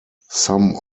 some